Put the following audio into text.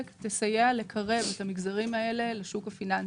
תסייע לקרב את המגזרים האלה לשוק הפיננסי.